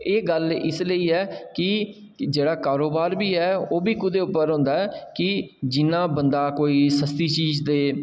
एह् गल्ल इस लेई ऐ कि जेह्ड़ा कारोबार बी ऐ ओह्बी कोह्दे पर होंदा ऐ कि जि'यां बंदा कोई सस्ती चीज दे